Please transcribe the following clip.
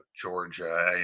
Georgia